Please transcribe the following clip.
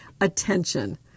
attention